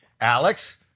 Alex